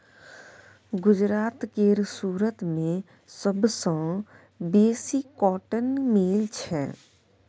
गुजरात केर सुरत मे सबसँ बेसी कॉटन मिल छै